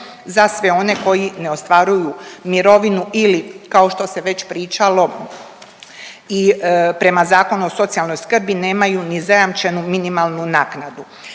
za sve one koji ne ostvaruju mirovinu ili kao što se već pričalo i prema Zakonu o socijalnoj skrbi nemaju ni zajamčenu minimalnu naknadu.